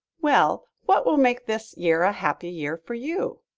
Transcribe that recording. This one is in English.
well, what will make this year a happy year for you?